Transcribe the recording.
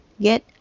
get